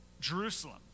Jerusalem